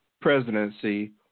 Presidency